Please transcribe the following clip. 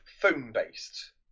phone-based